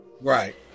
Right